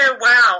Wow